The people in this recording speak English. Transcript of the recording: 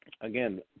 Again